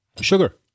Sugar